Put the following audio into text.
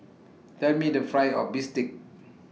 Tell Me The Price of Bistake